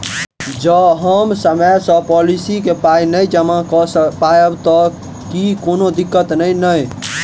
जँ हम समय सअ पोलिसी केँ पाई नै जमा कऽ पायब तऽ की कोनो दिक्कत नै नै?